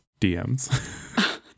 dms